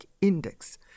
index